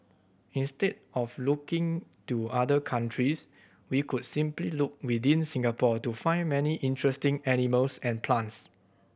instead of looking to other countries we could simply look within Singapore to find many interesting animals and plants